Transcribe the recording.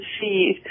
see